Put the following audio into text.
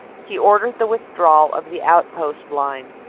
he ordered the withdrawal of the outpost line.